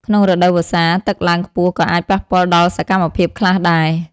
ក្នុងរដូវវស្សា ទឹកឡើងខ្ពស់ក៏អាចប៉ះពាល់ដល់សកម្មភាពខ្លះដែរ។